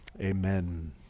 amen